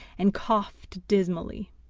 and coughed dismally.